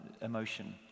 emotion